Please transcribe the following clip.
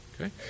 Okay